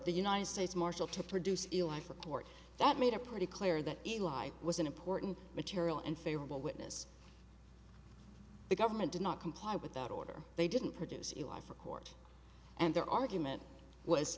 the united states marshal to produce ill i for court that made it pretty clear that a lie was an important material and favorable witness the government did not comply with that order they didn't produce it live for court and their argument was